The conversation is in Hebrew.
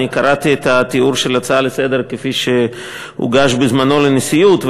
אני קראתי את התיאור של ההצעה לסדר-היום כפי שהוגש בזמנו לנשיאות,